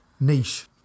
niche